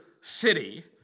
city